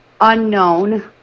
unknown